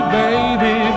baby